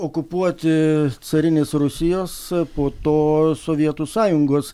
okupuoti carinės rusijos po to sovietų sąjungos